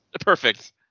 perfect